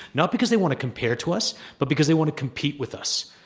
not because they want to compare to us but because they want to compete with us.